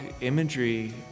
imagery